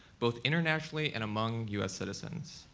both internationally and among us citizens.